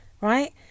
right